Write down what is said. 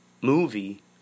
movie